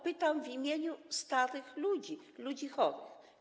Pytam w imieniu starych ludzi, ludzi chorych.